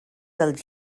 dels